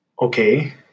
Okay